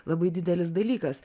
labai didelis dalykas